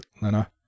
Lena